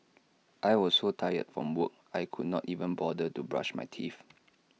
I was so tired from work I could not even bother to brush my teeth